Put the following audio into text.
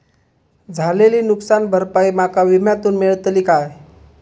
झालेली नुकसान भरपाई माका विम्यातून मेळतली काय?